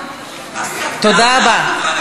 תודה רבה.